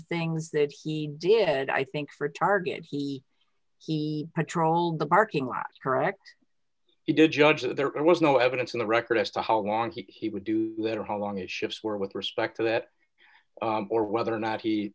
things that he did i think for a target he he patrolled the parking lot correct he did judge that there was no evidence in the record as to how long he would do that or how long as ships were with respect to that or whether or not he